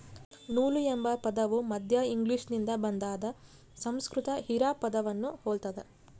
ನೂಲು ಎಂಬ ಪದವು ಮಧ್ಯ ಇಂಗ್ಲಿಷ್ನಿಂದ ಬಂದಾದ ಸಂಸ್ಕೃತ ಹಿರಾ ಪದವನ್ನು ಹೊಲ್ತದ